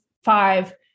five